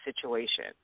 situation